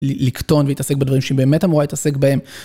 לקטון ולהתעסק בדברים שהיא באמת אמורה להתעסק בהם..